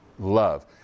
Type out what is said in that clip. love